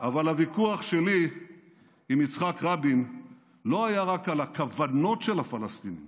אבל הוויכוח שלי עם יצחק רבין לא היה רק על הכוונות של הפלסטינים